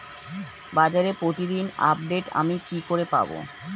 বাজারের প্রতিদিন আপডেট আমি কি করে পাবো?